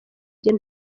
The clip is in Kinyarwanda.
njye